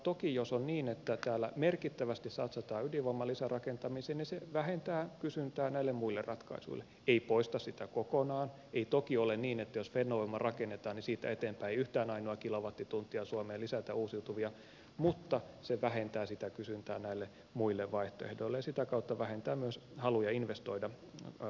toki jos on niin että täällä merkittävästi satsataan ydinvoiman lisärakentamiseen se vähentää kysyntää näille muille ratkaisuille ei poista sitä kokonaan ei toki ole niin että jos fennovoima rakennetaan niin siitä eteenpäin ei yhtään ainoaa kilowattituntia suomeen lisätä uusiutuvia mutta se vähentää sitä kysyntää näille muille vaihtoehdoille ja sitä kautta vähentää myös haluja investoida uusiutuvaan energiaan